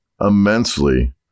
immensely